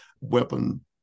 weapon